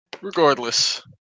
Regardless